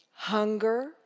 hunger